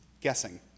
guessing